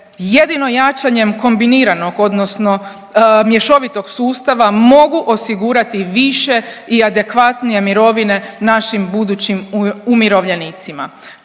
jedino jačanjem kombiniranog odnosno mješovitog sustava mogu osigurati više i adekvatnije mirovine našim budućim umirovljenicima.